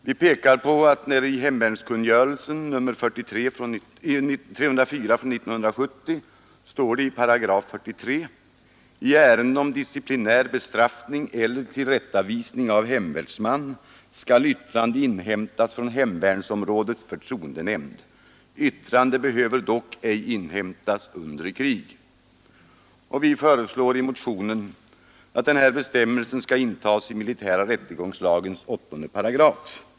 Vi pekar på att i hemvärnskungörelsen 1970:304 står det i 43 §: ”I ärenden om disciplinär bestraffning eller tillrättavisning av hemvärnsman skall yttrande inhämtas från hemvärnsområdets förtroendenämnd. Yttrande behöver dock ej inhämtas under krig.” Vi föreslår i motionen att denna bestämmelse skall intagas i militära rättegångslagens 8 8.